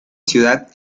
ciudad